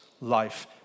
life